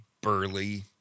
burly